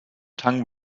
tongue